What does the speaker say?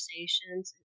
conversations